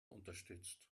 unterstützt